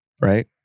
Right